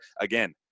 Again